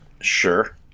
Sure